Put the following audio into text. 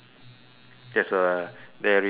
there's a there is a